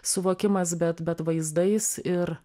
suvokimas bet bet vaizdais ir